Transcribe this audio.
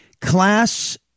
Class